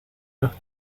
los